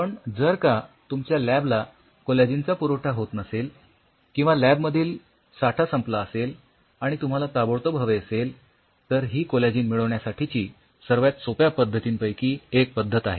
पण जर का तुमच्या लॅबला कोलॅजिनचा पुरवठा होत नसेल किंवा लॅब मधील साठा संपला असेल आणि तुम्हाला ताबडतोब हवे असेल तर ही कोलॅजिन मिळविण्यासाठीची सर्वात सोप्या पद्धतींपैकी एक पद्धत आहे